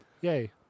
Yay